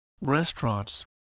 restaurants